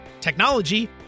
technology